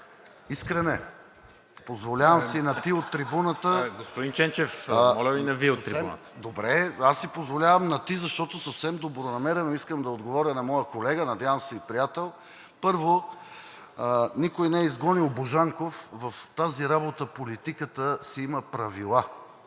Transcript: Ченчев, моля Ви на Ви от трибуната! ИВАН ЧЕНЧЕВ: Добре, позволявам си на ти, защото съвсем добронамерено искам да отговоря на моя колега, надявам се и приятел. Първо, никой не е изгонил Божанков. В тази работа политиката си има правила.